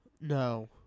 No